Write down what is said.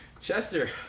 Chester